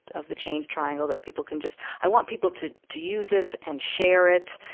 of the change triangle that people can just i want people to, to use this and share it.